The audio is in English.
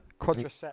Quadricep